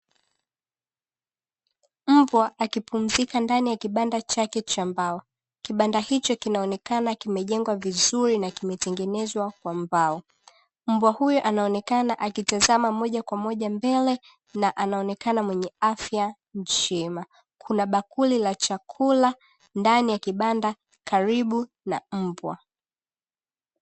Mbwa akipumzika ndani ya kibanda chake cha mbao. Kibanda hicho kinaonekana kimejengwa vizuri na kimetengenezwa kwa mbao, mbwa huyo anaonekana akitazama moja kwa moja mbele na anaonekana mwenye afya njema. Kuna bakuli la chakula ndani ya kibanda karibu na mbwa.